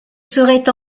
seraient